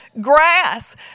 grass